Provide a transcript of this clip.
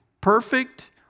perfect